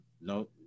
no